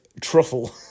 truffle